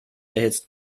erhitzt